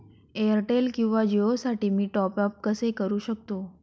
Airtel किंवा जिओसाठी मी टॉप ॲप कसे करु शकतो?